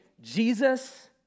Jesus